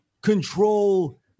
control